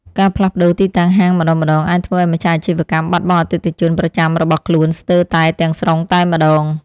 ការផ្លាស់ប្តូរទីតាំងហាងម្ដងៗអាចធ្វើឱ្យម្ចាស់អាជីវកម្មបាត់បង់អតិថិជនប្រចាំរបស់ខ្លួនស្ទើរតែទាំងស្រុងតែម្ដង។